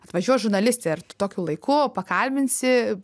atvažiuoja žurnalistė ir tu tokiu laiku pakabinsi